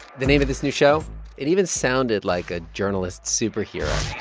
the name of this new show it even sounded like a journalist superhero